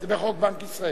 זה בחוק בנק ישראל.